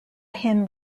hymn